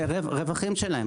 רווחים שלהם.